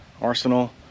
Arsenal